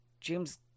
James